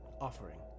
offering